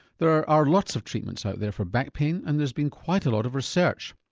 there are are lots of treatments out there for back pain and there's been quite a lot of research.